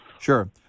sure